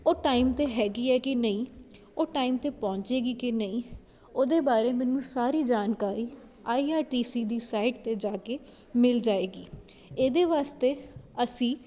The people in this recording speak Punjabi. ਉਹ ਟਾਈਮ 'ਤੇ ਹੈਗੀ ਹੈ ਕਿ ਨਹੀਂ ਉਹ ਟਾਈਮ 'ਤੇ ਪਹੁੰਚੇਗੀ ਕਿ ਨਹੀਂ ਉਹਦੇ ਬਾਰੇ ਮੈਨੂੰ ਸਾਰੀ ਜਾਣਕਾਰੀ ਆਈ ਆਰ ਟੀ ਸੀ ਦੀ ਸਾਈਟ 'ਤੇ ਜਾ ਕੇ ਮਿਲ ਜਾਵੇਗੀ ਇਹਦੇ ਵਾਸਤੇ ਅਸੀਂ